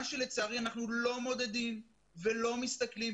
מה שלצערי אנחנו לא מודדים ולא מסתכלים,